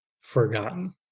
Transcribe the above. forgotten